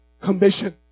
commission